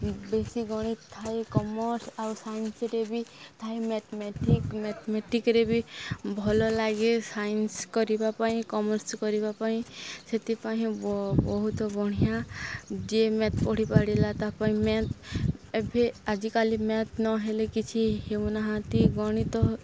ବେଶୀ ଗଣିତ ଥାଏ କମର୍ସ ଆଉ ସାଇନ୍ସରେ ବି ଥାଏ ମ୍ୟାଥମେଟିକ୍ ମ୍ୟାଥମେଟିକରେ ବି ଭଲ ଲାଗେ ସାଇନ୍ସ କରିବା ପାଇଁ କମର୍ସ କରିବା ପାଇଁ ସେଥିପାଇଁ ବହୁତ ବଢ଼ିଆଁ ଯିଏ ମ୍ୟାଥ ପଢ଼ି ପଢ଼ିଲା ତା ପାଇଁ ମ୍ୟାଥ ଏବେ ଆଜିକାଲି ମ୍ୟାଥ ନହେଲେ କିଛି ହେଉନାହାନ୍ତି ଗଣିତ